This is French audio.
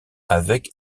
avec